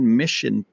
mission